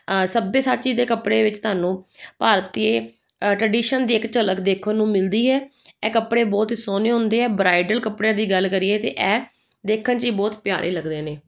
ਆਹ ਸੱਭਿਆ ਸਾਚੀ ਦੇ ਕੱਪੜੇ ਵਿੱਚ ਤੁਹਾਨੂੰ ਭਾਰਤੀ ਟਰਡੀਸ਼ਨ ਦੀ ਇੱਕ ਝਲਕ ਦੇਖਣ ਨੂੰ ਮਿਲਦੀ ਹੈ ਇਹ ਕੱਪੜੇ ਬਹੁਤ ਹੀ ਸੋਹਣੇ ਹੁੰਦੇ ਆ ਬਰਾਈਡਲ ਕੱਪੜਿਆਂ ਦੀ ਗੱਲ ਕਰੀਏ ਅਤੇ ਇਹ ਦੇਖਣ 'ਚ ਬਹੁਤ ਪਿਆਰੇ ਲੱਗਦੇ ਨੇ